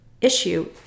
issue